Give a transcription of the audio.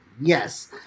Yes